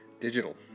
digital